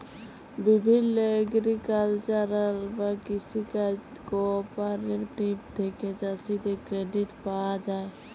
বিভিল্য এগ্রিকালচারাল বা কৃষি কাজ কোঅপারেটিভ থেক্যে চাষীদের ক্রেডিট পায়া যায়